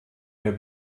der